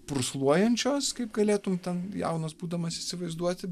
pursluojančios kaip galėtum ten jaunas būdamas įsivaizduoti